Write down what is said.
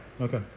Okay